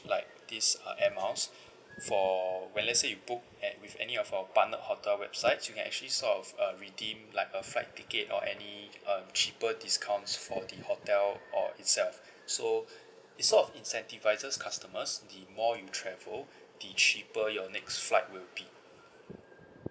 like these uh air miles for when let's say you book at with any of our partner hotel websites you can actually sort of uh redeem like a flight ticket or any uh cheaper discounts for the hotel or itself so it's sort of incentivises customers the more you travel the cheaper your next flight will be